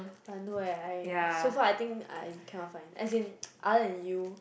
but no eh I so far I think I cannot find as in other than you